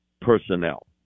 personnel